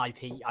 IP